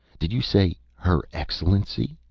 did you say her excellency?